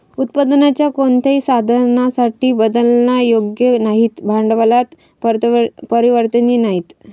उत्पादनाच्या कोणत्याही साधनासाठी बदलण्यायोग्य नाहीत, भांडवलात परिवर्तनीय नाहीत